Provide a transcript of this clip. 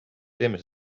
teeme